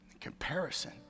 comparison